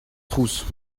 trouz